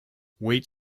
weight